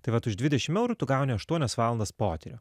tai vat už dvidešimt eurų tu gauni aštuonias valandas potyrio